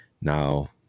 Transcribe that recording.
now